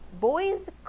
boys